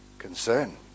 Concern